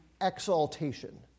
exaltation